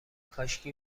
کاشکی